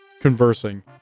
conversing